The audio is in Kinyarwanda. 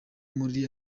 muri